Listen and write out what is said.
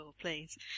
please